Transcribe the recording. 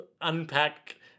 unpack